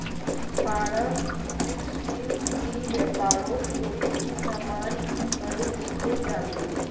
Form sixteen ई व्यापारोत कोई भी सामान की करे किनले जाबे?